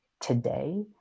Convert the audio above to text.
today